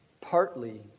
partly